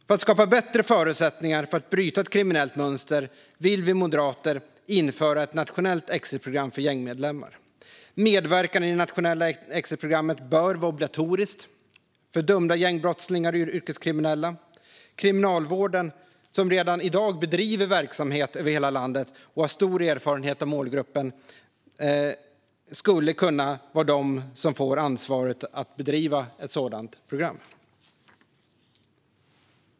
För att skapa bättre förutsättningar för att bryta ett kriminellt mönster vill vi moderater införa ett nationellt exitprogram för gängmedlemmar. Medverkan i det nationella exitprogrammet bör vara obligatorisk för dömda gängbrottslingar och yrkeskriminella. Kriminalvården, som redan i dag bedriver verksamhet över hela landet och har stor erfarenhet av målgruppen, skulle kunna vara de som får ansvaret att bedriva ett sådant program.